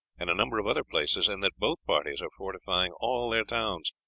and a number of other places, and that both parties are fortifying all their towns.